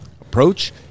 approach